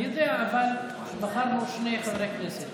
אני יודע, אבל בחרנו שני חברי כנסת.